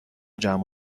جمع